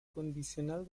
condicional